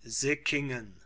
sickingen